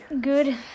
Good